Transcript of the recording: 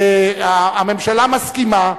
הממשלה מסכימה,